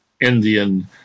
Indian